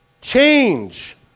Change